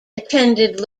attended